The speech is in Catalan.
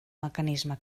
mecanisme